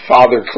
Father